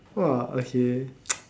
!wah! okay